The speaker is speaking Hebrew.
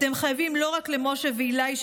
אתם חייבים לא רק למשה ועילי,